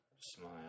Smile